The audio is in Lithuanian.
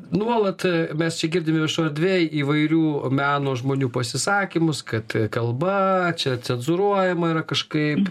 nuolat mes čia girdim viešojoj erdvėj įvairių meno žmonių pasisakymus kad kalba čia cenzūruojama yra kažkaip